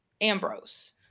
Ambrose